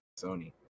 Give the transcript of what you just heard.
Sony